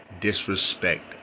disrespect